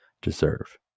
deserve